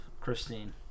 Christine